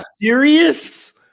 serious